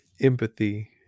empathy